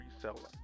reseller